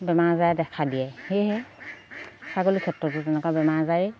বেমাৰ আজাৰ দেখা দিয়ে সেয়েহে ছাগলী ক্ষেত্ৰতো তেনেকুৱা বেমাৰ আজাৰেই